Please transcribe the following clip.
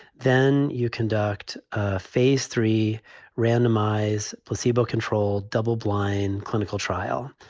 then you conduct ah phase three randomize placebo controlled double blind clinical trial.